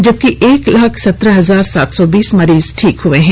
जबकि एक लाख सत्रह हजार सात सौ बीस मरीज ठीक हुए हैं